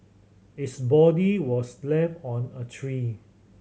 its body was left on a tree